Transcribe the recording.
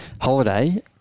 holiday